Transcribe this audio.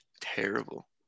terrible